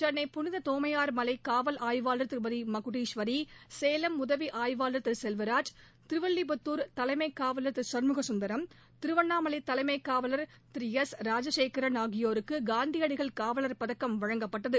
சென்ளை புனித தோமையார் மலை னவல் ஆய்வாளர் மகுடஸ்வரி கேலம் உதவி ஆய்வாளர் செல்வராஜ் திருவில்லிபுத்தூர் தலைமை காவலர் சண்முககந்தரம் திருவண்ணாமலை தலைமை காவலர் எஸ் ராஜசேகரன் ஆகியோருக்கு காந்தியடிகள் காவலர் பதக்கம் வழங்கப்பட்டது